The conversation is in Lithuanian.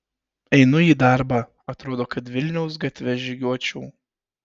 einu į darbą o atrodo kad vilniaus gatve žygiuočiau